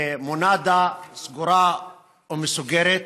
כמונדה סגורה ומסוגרת,